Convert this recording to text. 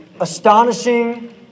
astonishing